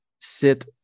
sit